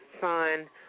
son